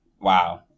wow